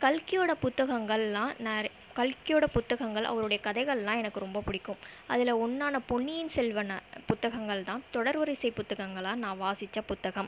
கல்கியோட புத்தகங்கள்லாம் நிறை கல்கியோட புத்தகங்கள் அவருடைய கதைகள்லாம் எனக்கு ரொம்ப பிடிக்கும் அதுல ஒன்றான பொன்னியின் செல்வன புத்தகங்கள் தான் தொடர் வரிசை புத்தகங்களாக நான் வாசிச்ச புத்தகம்